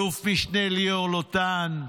אלוף משנה ליאור לוטן,